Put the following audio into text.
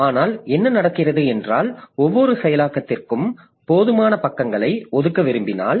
ஆனால் என்ன நடக்கிறது என்றால் ஒவ்வொரு செயலாக்கத்திற்கும் போதுமான பக்கங்களை ஒதுக்க விரும்பினால்